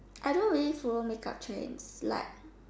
I don't really follow make up trends like